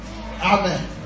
Amen